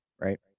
right